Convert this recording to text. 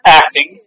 acting